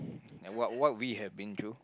what what we have been through